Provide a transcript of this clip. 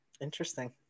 Interesting